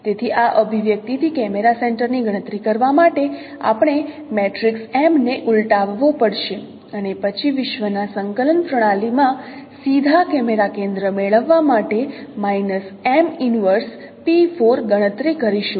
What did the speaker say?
તેથી આ અભિવ્યક્તિથી કેમેરા સેન્ટરની ગણતરી કરવા માટે આપણે મેટ્રિક્સ M ને ઉલ્ટાવવો પડશે અને પછી વિશ્વના સંકલન પ્રણાલીમાં સીધા કેમેરા કેન્દ્ર મેળવવા માટે ગણતરી કરીશું